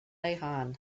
hann